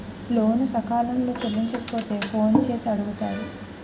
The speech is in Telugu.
లోను సకాలంలో చెల్లించకపోతే ఫోన్ చేసి అడుగుతారు